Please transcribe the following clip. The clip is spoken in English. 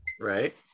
Right